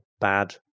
bad